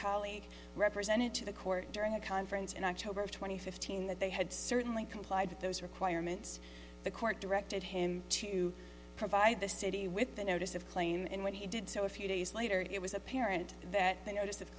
colleague represented to the court during a conference in october of two thousand and fifteen that they had certainly complied with those requirements the court directed him to provide the city with the notice of claim and when he did so a few days later it was apparent that the notice of